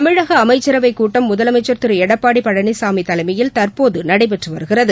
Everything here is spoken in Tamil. தமிழகஅமைச்சரவைக்கூட்டம் முதலமைச்சர் திருஎடப்பாடிபழனிசாமிதலைமையில் தற்போதுநடைபெற்றுவருகிறது